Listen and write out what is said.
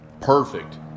perfect